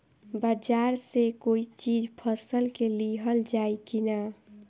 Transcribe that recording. बाजार से कोई चीज फसल के लिहल जाई किना?